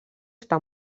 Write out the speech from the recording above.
està